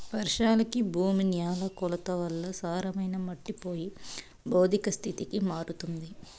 వర్షాలకి భూమి న్యాల కోతల వల్ల సారమైన మట్టి పోయి భౌతిక స్థితికి మారుతుంది